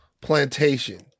Plantation